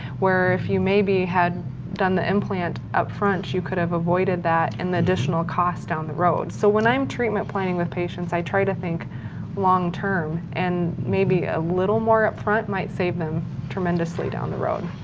where if you maybe had done the implant upfront, you could have avoided that and additional costs down the road. so when i'm treatment-planning with patients, i try to think long-term and maybe a little more upfront might save them tremendously down the road.